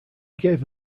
gave